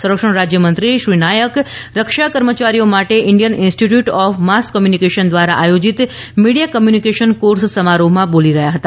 સંરક્ષણ રાજ્યમંત્રી શ્રી નાયક રક્ષા કર્મચારીઓ માટે Indian Institute of mass communication દ્વારા આયોજન મીડીયા કમ્યુનિકેશન કોર્સ સમારોહમાં બોલી રહ્યા હતા